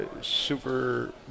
Super